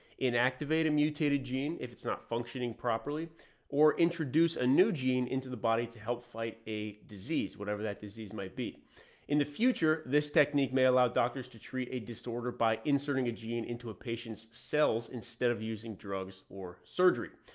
inactivate a mutated gene. if it's not functioning properly or introduce a new gene into the body to help fight a disease, whatever that disease might be in the future. this technique may allow doctors to treat a disorder by inserting a gene into a patient's cells instead of using drugs or surgery.